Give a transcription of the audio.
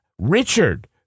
Richard